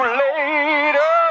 later